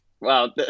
wow